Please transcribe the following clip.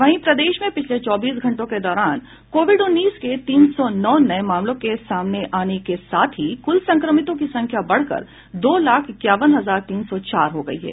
वहीं प्रदेश में पिछले चौबीस घंटों के दौरान कोविड उन्नीस के तीन सौ नौ नये मामलों के सामने आने के साथ ही कुल संक्रमितों की संख्या बढ़कर दो लाख इक्यावन हजार तीन सौ चार हो गयी है